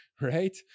Right